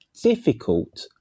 difficult